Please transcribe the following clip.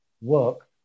work